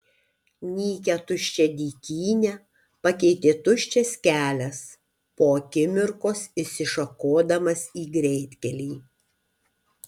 nykią tuščią dykynę pakeitė tuščias kelias po akimirkos išsišakodamas į greitkelį